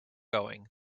going